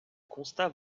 constat